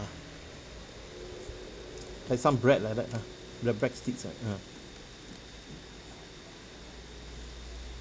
like some bread like that ah like bread sticks like ah